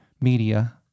media